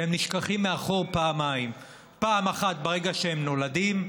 והם נשכחים מאחור פעמיים: פעם אחת ברגע שהם נולדים,